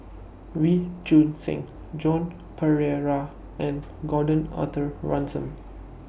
Wee Choon Seng Joan Pereira and Gordon Arthur Ransome